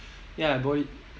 ya I bought it